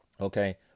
Okay